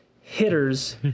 Hitters